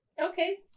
okay